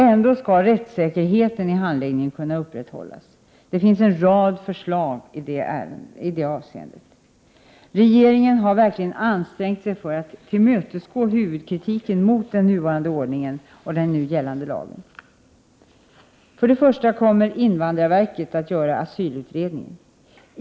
Ändå skall rättssäkerheten i handläggningen kunna upprätthållas. Därför finns en rad förslag i det avseendet. Regeringen har verkligen ansträngt sig för att tillmötesgå huvudkritiken mot den nuvarande ordningen och den nu gällande lagen. För det första kommer invandrarverket att göra asylutredningen.